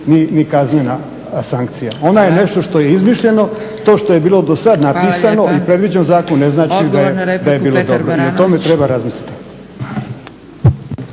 ni kaznena sankcija. Ona je nešto što je izmišljeno, to što je bilo do sad napisano i predviđen zakon ne znači da je bilo dobro i o tome mora razmisliti.